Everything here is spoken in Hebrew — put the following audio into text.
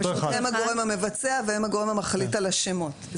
פשוט הם הגורם המבצע והם הגורם המחליט על השמות,